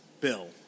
bill